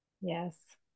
Yes